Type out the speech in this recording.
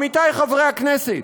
עמיתי חברי הכנסת,